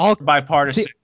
bipartisan